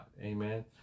Amen